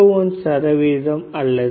201 சதவீதம் அல்லது 0